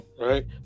right